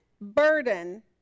burden